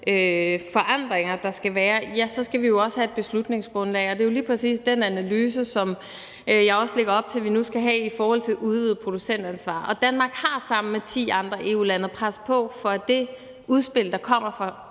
forandringer, skal vi jo også have et beslutningsgrundlag. Det er jo lige præcis den analyse, som jeg også lægger op til at vi nu skal have, om et udvidet producentansvar. Og Danmark har sammen med ti andre EU-lande presset på for, at det udspil, der kommer fra